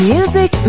Music